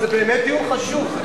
זה באמת דיון חשוב.